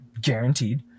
guaranteed